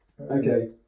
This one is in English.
Okay